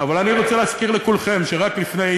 אבל אני רוצה להזכיר לכולכם שרק לפני